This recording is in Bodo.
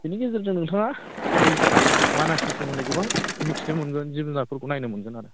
बिनि गेजेरजों नोंथाङा जोंनि मानासनि सोमोन्दै गोबां मिथिनो मोनगोन जिब जुनारफोरखौ नायनो मोनगोन आरो